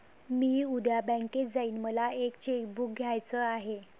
मी उद्या बँकेत जाईन मला एक चेक बुक घ्यायच आहे